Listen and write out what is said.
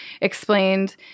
explained